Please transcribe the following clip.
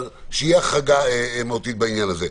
אבל שתהיה החרגה מהותית בעניין הזה.